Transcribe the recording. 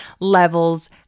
levels